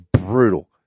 brutal